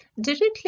directly